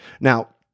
Now